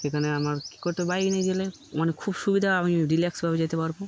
সেখানে আমার কী করতো বাইক নিয়ে গেলে অনেক খুব সুবিধা আমি রিল্যাক্সভাবে যেতে পারবো